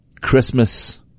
Christmas